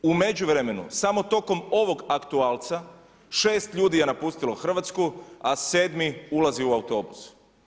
U međuvremenu, samo tokom ovog aktualca, 6 ljudi je napustilo Hrvatsku, a 7 ulazi u autobus.